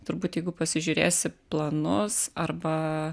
turbūt jeigu pasižiūrėsi planus arba